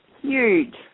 Huge